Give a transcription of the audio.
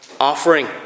offering